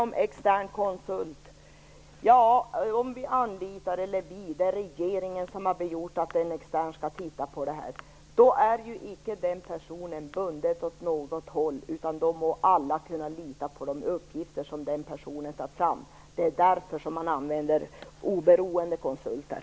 Om regeringen anlitar en extern konsult för att titta på frågan är icke den personen bunden åt något håll, utan alla må kunna lita på de uppgifter som den personen tar fram. Det är därför som man använder oberoende konsulter.